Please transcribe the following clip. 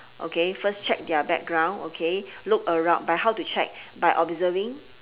okay first check their background okay look around but how to check by observing